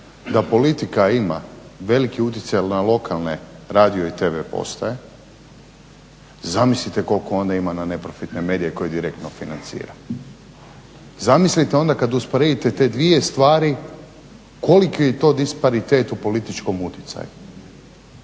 da politika ima veliki utjecaj na lokalne radio i tv postaje, zamislite koliko onda ima na neprofitne medije koje direktno financira. Zamislite onda kada usporedite te dvije stvari koliki je to disparitet u političkom utjecaju?